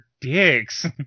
dicks